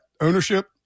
ownership